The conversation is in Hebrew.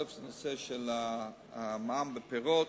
אחד זה הנושא של מע"מ על פירות.